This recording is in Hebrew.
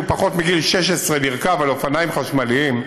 בן פחות מ-16 לרכוב על אופניים חשמליים,